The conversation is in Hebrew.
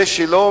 זה שלא